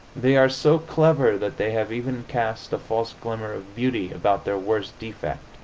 they are so clever that they have even cast a false glamour of beauty about their worst defect